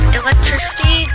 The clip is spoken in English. electricity